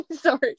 Sorry